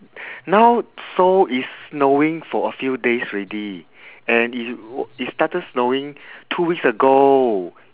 now seoul is snowing for a few days already and it it started snowing two weeks ago